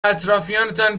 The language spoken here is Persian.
اطرافیانتان